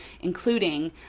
including